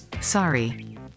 Sorry